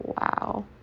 Wow